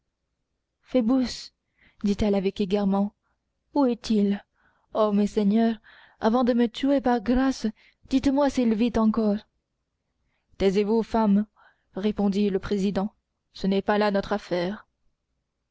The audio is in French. phoebus dit-elle avec égarement où est-il ô messeigneurs avant de me tuer par grâce dites-moi s'il vit encore taisez-vous femme répondit le président ce n'est pas là notre affaire